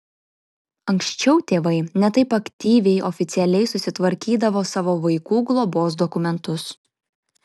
anksčiau tėvai ne taip aktyviai oficialiai susitvarkydavo savo vaikų globos dokumentus